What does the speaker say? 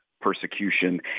persecution